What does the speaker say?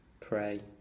pray